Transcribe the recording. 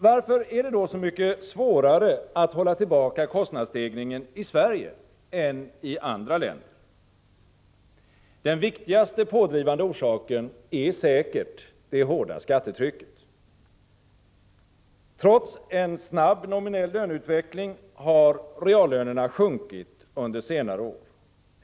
Varför är det då så mycket svårare att hålla tillbaka kostnadsstegringen i Sverige än i andra länder? Den viktigaste pådrivande orsaken är säkert det hårda skattetrycket. Trots en snabb nominell löneutveckling har reallönerna sjunkit under senare år.